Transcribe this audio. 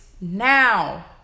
now